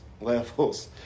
levels